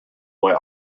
way